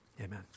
Amen